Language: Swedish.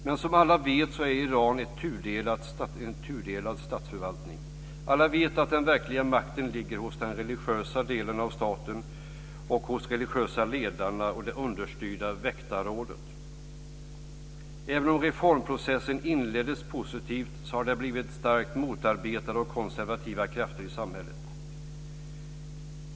Men som alla vet är Iran en tudelad statsförvaltning. Alla vet att den verkliga makten ligger hos den religiösa delen av staten, hos de religiösa ledarna och det understyrda väktarrådet. Även om reformprocessen inleddes positivt, har den blivit starkt motarbetad av konservativa krafter i samhället.